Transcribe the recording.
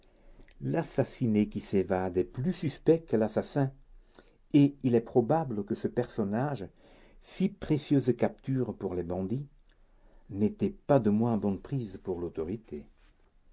l'assassiné qui s'évade est plus suspect que l'assassin et il est probable que ce personnage si précieuse capture pour les bandits n'était pas de moins bonne prise pour l'autorité